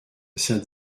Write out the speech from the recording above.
saint